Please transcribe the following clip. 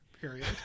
period